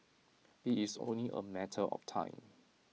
IT is only A matter of time